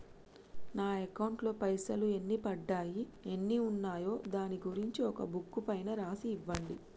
నా అకౌంట్ లో పైసలు ఎన్ని పడ్డాయి ఎన్ని ఉన్నాయో దాని గురించి ఒక బుక్కు పైన రాసి ఇవ్వండి?